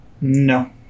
No